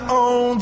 on